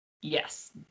Yes